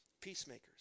peacemakers